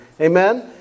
Amen